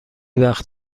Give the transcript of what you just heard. وقت